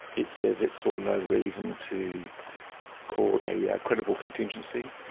it says it saw no reason to call a yeah credible contingency,